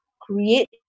create